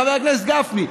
חבר הכנסת גפני.